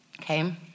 okay